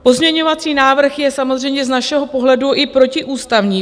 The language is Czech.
Pozměňovací návrh je samozřejmě z našeho pohledu i protiústavní.